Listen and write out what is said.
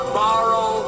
borrow